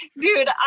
Dude